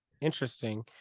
interesting